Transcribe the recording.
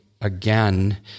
again